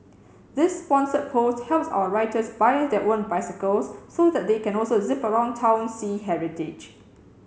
this sponsored post helps our writers buy their own bicycles so that they can also zip around town see heritage